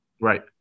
Right